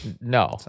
No